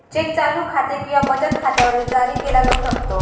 check चालू खाते किंवा बचत खात्यावर जारी केला जाऊ शकतो